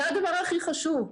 זה הדבר הכי חשוב.